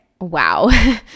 wow